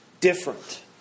different